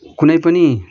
कुनै पनि